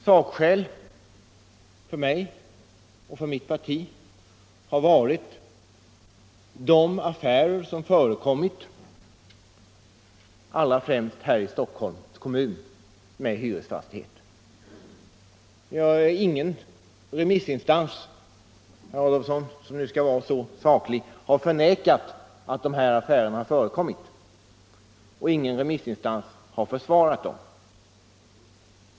Sakskäl för mig och för mitt parti har varit de affärer med hyresfastigheter som förekommit, allra främst här i Stockholms kommun. Ingen remissinstans — herr Adolfsson, som nu skall vara så saklig — har — Förvärv av förnekat att dessa affärer har förekommit, och ingen remissinstans har = hyresfastighet, försvarat dem.